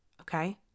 okay